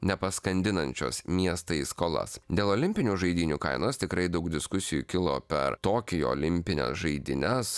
nepaskandinančios miestą į skolas dėl olimpinių žaidynių kainos tikrai daug diskusijų kilo per tokijo olimpines žaidynes